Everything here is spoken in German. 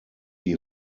die